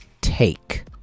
take